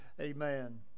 amen